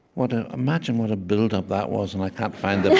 what a imagine what a buildup that was, and i can't find